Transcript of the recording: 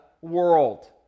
world